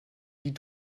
die